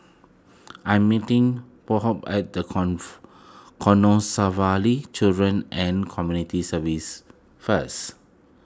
I am meeting Pheobe at Canossaville Children and Community Services first